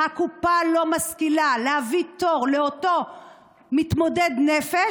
הקופה לא משכילה להביא תור לאותו מתמודד נפש,